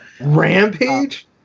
Rampage